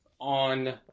on